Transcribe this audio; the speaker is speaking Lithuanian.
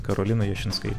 karolina jašinskaitė